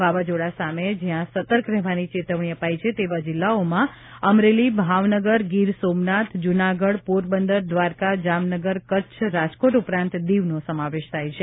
વાવાઝોડા સામે જ્યાં સતર્ક રહેવાની ચેતવણી અપાઇ છે તેવા જિલ્લાઓમાં અમરેલી ભાવનગર ગીરસોમનાથ જૂનાગઢ પોરબંદર દ્વારકા જામનગર કચ્છ રાજકોટ ઉપરાંત દિવનો સમાવેશ થાય છે